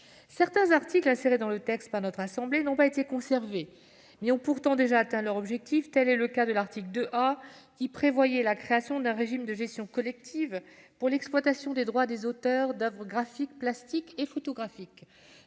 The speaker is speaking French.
Certains des articles insérés dans le texte par notre assemblée n'ont pas été conservés, mais ont pourtant déjà atteint leur objectif. Tel est le cas de l'article 2 A, qui prévoyait la création d'un régime de gestion collective pour l'exploitation des droits des auteurs d'oeuvres graphiques, plastiques et photographiques.